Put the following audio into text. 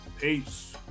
Peace